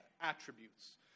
attributes